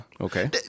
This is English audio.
Okay